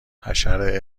حشره